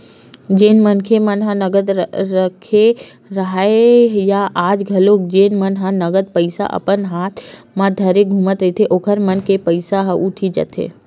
जेन मनखे मन ह नगद रखे राहय या आज घलोक जेन मन ह नगद पइसा अपन हात म धरे घूमत रहिथे ओखर मन के पइसा ह उठी जाथे